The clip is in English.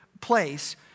place